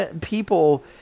people